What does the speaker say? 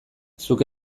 zuk